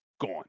Gone